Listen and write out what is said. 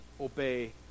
Obey